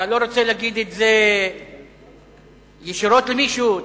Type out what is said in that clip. אתה לא רוצה להגיד את זה ישירות למישהו?